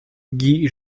guy